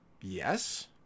yes